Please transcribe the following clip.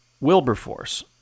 Wilberforce